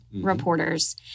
reporters